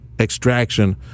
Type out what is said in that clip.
extraction